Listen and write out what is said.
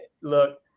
look